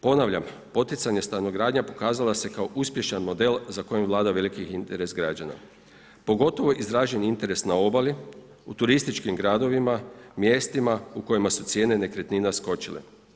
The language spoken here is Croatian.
Ponavljam, poticajna stanogradnja pokazala se kao uspješan model za kojim vlada veliki interes građana, pogotovo izražen interes na obali, u turističkim gradovima, mjestima u kojima su cijene nekretnina skočile.